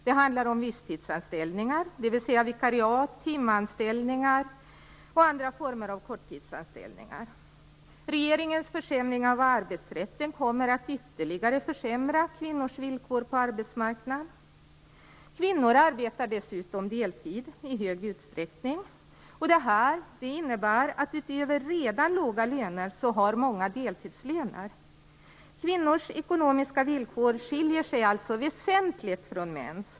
Det handlar om visstidsanställningar, dvs. vikariat, timanställningar och andra former av korttidsanställningar. Regeringens försämringar av arbetsrätten kommer att ytterligare försvaga kvinnors situation på arbetsmarknaden. Kvinnor arbetar dessutom i stor utsträckning deltid, vilket innebär att många utöver redan låga löner har deltidslöner. Kvinnors ekonomiska villkor skiljer sig alltså väsentligt från mäns.